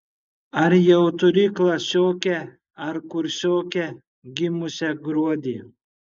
ar jau turi klasiokę ar kursiokę gimusią gruodį